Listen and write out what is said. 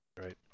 Right